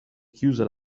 chiuse